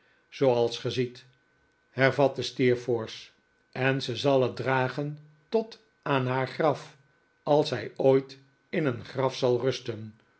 zooals ge ziet hervatte steerforth en ze zal het dragen tot aan haar graf als zij ooit in een graf zal rusten